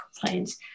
complaints